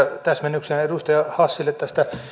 täsmennyksenä edustaja hassille tästä